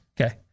Okay